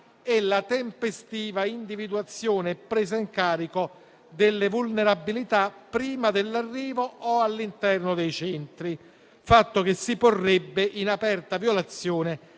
e la tempestiva individuazione e presa in carico delle vulnerabilità prima dell'arrivo o all'interno dei centri, fatto che si porrebbe in aperta violazione